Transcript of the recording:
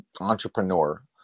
entrepreneur